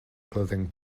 clothing